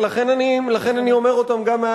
אני מסכים,